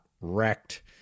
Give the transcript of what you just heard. wrecked